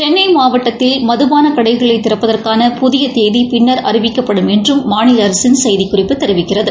சென்னை மாவட்டத்தில் மதபாள கடைகளை திறப்பதற்கான புதிய தேதி பின்னர் அறிவிக்கப்படும் என்றும் மாநில அரசின் செய்திக்குறிப்பு தெரிவிக்கிறது